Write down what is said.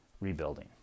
rebuilding